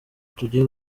tugiye